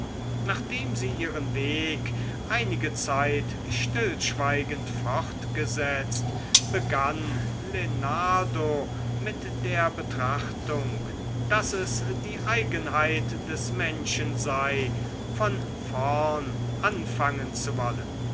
nachdem sie ihren weg einige zeit stillschweigend fortgesetzt begann lenardo mit der betrachtung daß es die eigenheit des menschen sei von vorn anfangen zu wollen